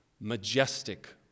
majestic